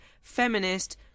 feminist